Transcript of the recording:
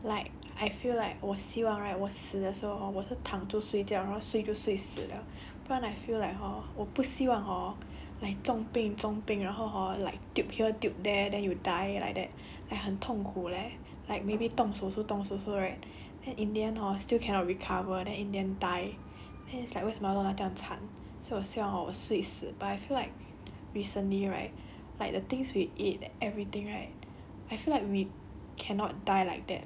ya 我也这样觉得 like I feel like 我希望 right 我死的时候 hor 我是躺着睡觉然后睡就睡死 liao 不然 I feel like hor 我不希望 hor like 中病中病然后 hor like tube here tube there then you die like that and 很痛苦 leh like maybe 动手术是动手术 right then in the end hor still cannot recover then in the end die then it's like 为什么要弄到这样惨 so 我希望 hor 我睡死 but I feel like recently right like the things we eat everything right